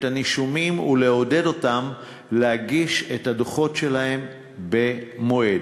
הנישומים ולעודד אותם להגיש את הדוחות שלהם במועד.